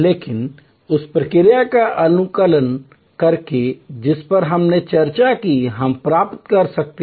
लेकिन उस प्रक्रिया का अनुकूलन करके जिस पर हमने चर्चा की हम प्राप्त कर सकते हैं